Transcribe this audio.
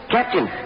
Captain